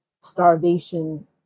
starvation